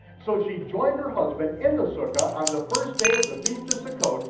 so she joined her husband in the sukkah on the first day of the feast of succoth,